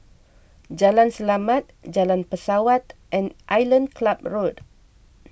Jalan Selamat Jalan Pesawat and Island Club Road